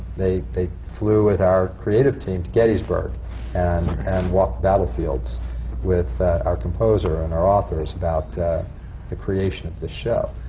they they flew with our creative team to gettysburg and and walked battlefields with our composer and our authors about the the creation of this show.